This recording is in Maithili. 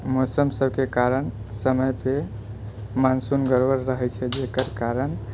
मौसम सबके कारण समय पे मानसून गड़बड़ रहै छै जेकर कारण